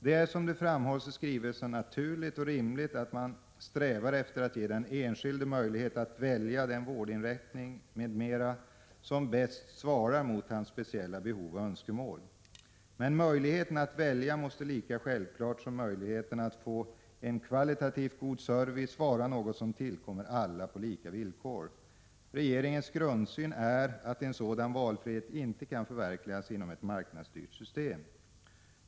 Det är som det framhålls i skrivelsen naturligt och rimligt att man strävar efter att ge den enskilde möjlighet välja den vårdinrättning m.m. som bäst svarar mot hans egna speciella behov och önskemål. Men möjligheten att välja måste lika självklart som möjligheten att få en kvalitativt god service vara något som tillkommer alla på lika villkor. Regeringens grundsyn är att en sådan valfrihet inte kan förverkligas inom ett marknadsstyrt system.